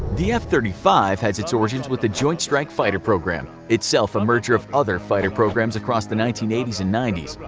the f thirty five has its origins with the joint strike fighter program, itself a merger of other fighter programs across the nineteen eighty s and ninety s.